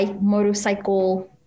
motorcycle